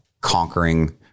conquering